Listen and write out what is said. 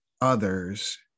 others